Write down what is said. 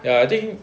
ya I think